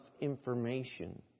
information